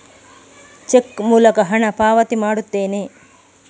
check ಮೂಲಕ ಹಣ ಪಾವತಿ ಮಾಡುತ್ತೇನೆ